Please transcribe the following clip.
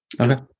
Okay